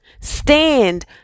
stand